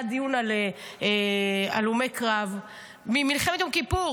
היה דיון על הלומי קרב ממלחמת יום כיפור,